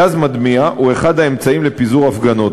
גז מדמיע הוא אחד האמצעים לפיזור הפגנות.